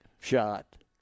shot